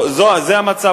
זה המצב,